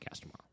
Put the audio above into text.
tomorrow